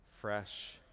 fresh